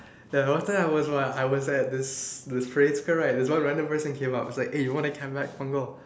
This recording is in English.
ya last time I was what I was at this this this random person came up eh you want a